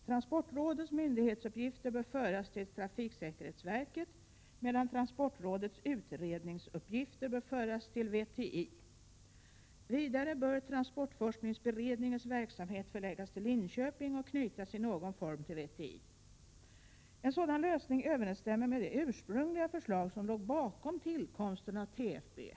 Transportrådets myndighetsuppgifter bör föras till trafiksäkerhetsverket, medan transportrådets utredningsuppgifter bör föras till vägoch trafikinstitutet, VTI. Vidare bör transportforskningsberedningens, TFB:s, verksamhet förläggas till Linköping och knytas i någon form till VTI. En sådan lösning överensstämmer med det ursprungliga förslag som låg bakom tillkomsten av TFB.